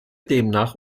demnach